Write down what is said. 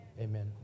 Amen